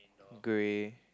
grey